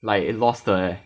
like lost 的 leh